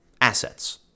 assets